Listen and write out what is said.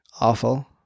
awful